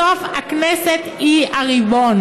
בסוף הכנסת היא הריבון,